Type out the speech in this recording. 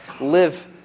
live